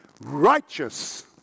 righteous